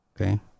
Okay